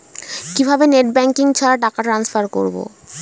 কিভাবে net banking ছাড়া টাকা টান্সফার করব?